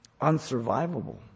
unsurvivable